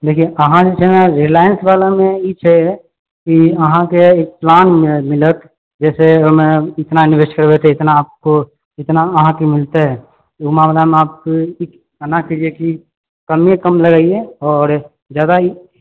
लेकिन अहाँकेँ जेना रिलायंस वलामे ई छै कि अहाँकेँ प्लान मिलत जाहिसँ ओहिमे इतना इन्वेस्ट करबै तऽ इतना आपको इतना अहाँकेँ मिलतए ओहिमे अहाँकेँ एनाके ई जे कमे कम लगैए आओर जादा